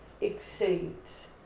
exceeds